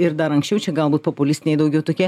dar anksčiau čia galbūt populistiniai daugiau tokie